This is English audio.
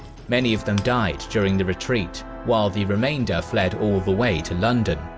many of them died during the retreat, while the remainder fled all the way to london,